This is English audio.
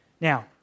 Now